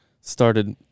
started